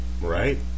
right